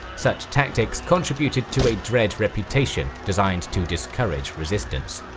such tactics contributed to a dread reputation designed to discourage resistance.